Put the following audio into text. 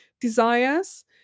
desires